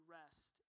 rest